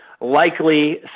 likely